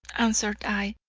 answered i,